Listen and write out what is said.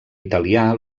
italià